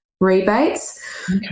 rebates